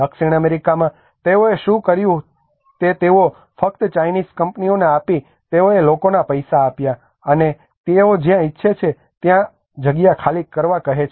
દક્ષિણ અમેરિકામાં તેઓએ શું કર્યું તે તેઓએ ફક્ત ચાઇનીઝ કંપનીઓને આપી તેઓએ લોકોને પૈસા આપ્યા અને તેઓ જ્યાં ઇચ્છે ત્યાં જગ્યા ખાલી કરવા કહે છે